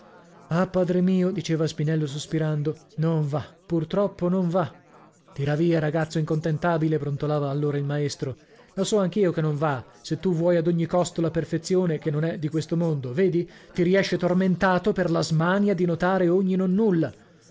ah padre mio diceva spinello sospirando non va pur troppo non va tira via ragazzo incontentabile brontolava allora il maestro lo so anch'io che non va se tu vuoi ad ogni costo la perfezione che non è di questo mondo vedi ti riesce tormentato per la smania di notare ogni nonnulla o